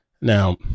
now